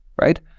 right